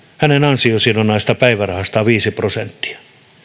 hänen ansiosidonnaisesta päivärahastaan viisi prosenttia